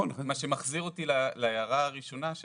מה שמחזיר אותי להערה הראשונה,